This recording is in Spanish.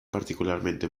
particularmente